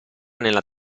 nella